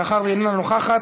ומאחר שהיא אינה נוכחת,